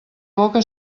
boca